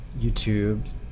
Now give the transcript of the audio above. YouTube